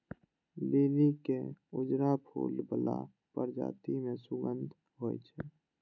लिली के उजरा फूल बला प्रजाति मे सुगंध होइ छै